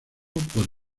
por